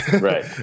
right